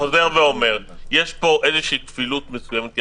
יש פה כפילות מסוימת כי